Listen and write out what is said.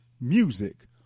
music